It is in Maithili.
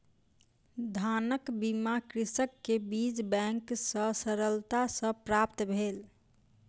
धानक बीया कृषक के बीज बैंक सॅ सरलता सॅ प्राप्त भेल